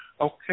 Okay